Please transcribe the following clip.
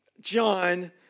John